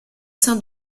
sein